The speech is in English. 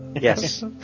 Yes